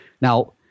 Now